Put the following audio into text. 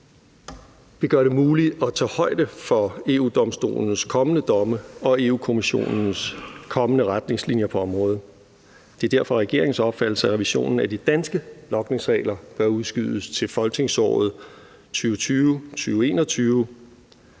vil gøre det muligt at tage højde for EU-Domstolens kommende domme og Europa-Kommissionens kommende retningslinjer på området. Det er derfor regeringens opfattelse, at revisionen af de danske logningsregler bør udskydes til folketingsåret 2020-2021.